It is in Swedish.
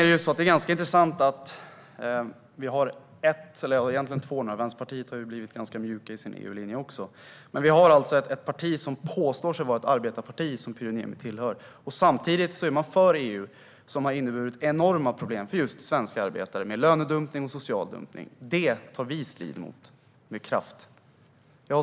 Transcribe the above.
Det är ganska intressant att vi har ett parti som påstår sig vara ett arbetarparti - det parti som Pyry Niemi tillhör - men som samtidigt är för EU. Egentligen har vi två, då Vänsterpartiets EU-linje har blivit ganska mjuk. EU har inneburit enorma problem för just svenska arbetare, med lönedumpning och social dumpning. Detta tar vi strid emot, med kraft.